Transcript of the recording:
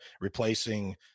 replacing